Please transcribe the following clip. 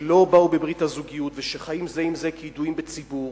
שלא באו בברית הזוגיות ושחיים זה עם זה כידועים בציבור,